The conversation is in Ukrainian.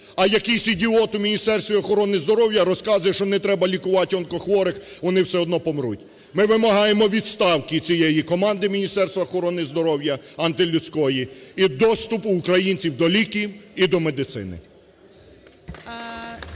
а якийсь ідіот у Міністерстві охорони здоров'я розказує, що не треба лікувати онкохворих, вони все одно помруть. Ми вимагаємо відставки цієї команди Міністерства охорони здоров'я антилюдської і доступу українців до ліків і до медицини.